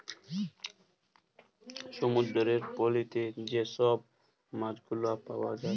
সমুদ্দুরের পলিতে যে ছব মাছগুলা পাউয়া যায়